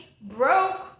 broke